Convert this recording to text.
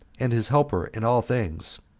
and his helper in all things,